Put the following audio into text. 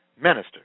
minister